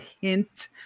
hint